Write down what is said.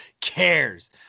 cares